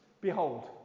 Behold